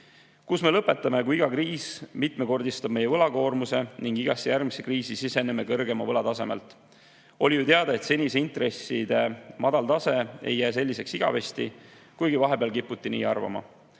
Kus me lõpetame, kui iga kriis mitmekordistab meie võlakoormust ning igasse järgmisse kriisi siseneme kõrgema võla tasemelt? Oli ju teada, et senine intresside madal tase ei jää selliseks igavesti, kuigi vahepeal kiputi nii arvama.